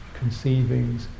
conceivings